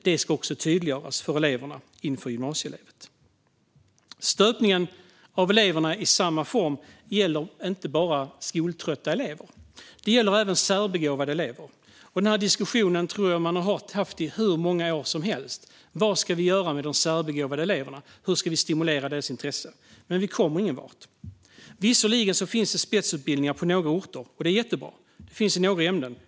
Det ska tydliggöras för eleverna inför gymnasievalet. Stöpningen av elever i samma form gäller inte bara skoltrötta elever. Det gäller även särbegåvade elever. Den här diskussionen tror jag att man har haft i hur många år som helst. Vad ska vi göra med de särbegåvade eleverna? Hur ska vi stimulera deras intresse? Men man kommer ingen vart. Visserligen finns det spetsutbildningar på några orter och i några ämnen.